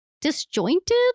disjointed